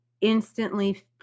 instantly